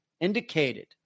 indicated